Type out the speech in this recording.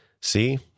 See